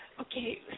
Okay